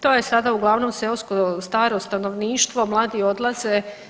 To je sada uglavnom seosko staro stanovništvo, mladi odlaze.